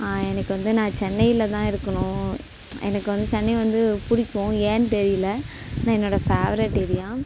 எனக்கு வந்து நான் சென்னையில்தான் இருக்கணும் எனக்கு வந்து சென்னை வந்து பிடிக்கும் ஏன்னு தெரியலை என்னோட பேவரேட் ஏரியா